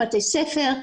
בתי ספר.